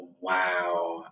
wow